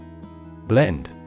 Blend